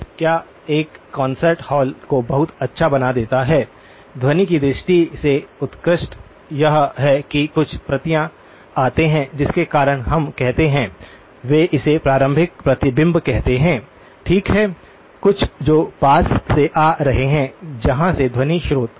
क्या एक concert hall को बहुत अच्छा बना देता है ध्वनि की दृष्टि से उत्कृष्ट यह है कि कुछ प्रतियां आते हैं जिसके कारण हम कहते हैं वे इसे प्रारंभिक प्रतिबिंब कहते हैं ठीक है कुछ जो पास से आ रहे हैं जहां से ध्वनि स्रोत हैं